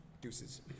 deuces